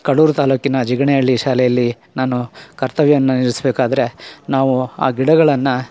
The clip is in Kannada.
ಕಡೂರು ತಾಲೂಕಿನ ಜಿಗಿಣೆ ಹಳ್ಳಿ ಶಾಲೆಯಲ್ಲಿ ನಾನು ಕರ್ತವ್ಯವನ್ನು ನಿರ್ವಹಿಸಬೇಕಾದ್ರೆ ನಾವು ಆ ಗಿಡಗಳನ್ನು